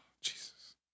Jesus